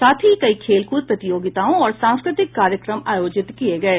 साथ ही कई खेलकूद प्रतियोगिताओं और सांस्कृतिक कार्यक्रम आयोजित किये गये